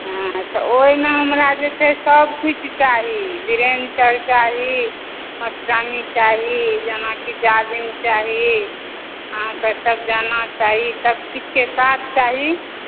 हँ तऽ ओहिमे हमरा जे छै सब किछु चाही बिरेन्च आओर चाही मच्छरदानी चाही जेनाकि जाजिम चाही अहाँके शामियाना चाही सब किछुके साथ चाही